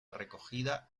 recogida